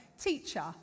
Teacher